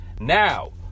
Now